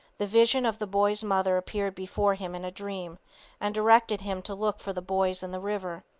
the vision of the boy's mother appeared before him in a dream and directed him to look for the boys in the river.